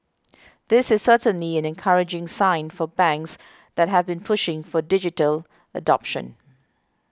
this is certainly an encouraging sign for banks that have been pushing for digital adoption